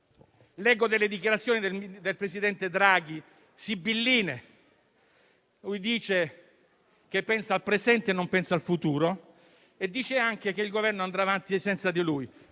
Leggo delle dichiarazioni sibilline del presidente Draghi. Lui dice che pensa al presente e non al futuro e dice anche che il Governo andrà avanti senza di lui.